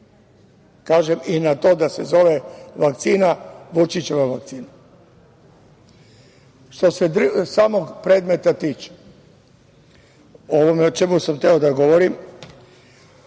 Kažem i na to da se zove vakcina, Vučićeva vakcina. Što se samog predmeta tiče, ovo o čemu sam hteo da govorim,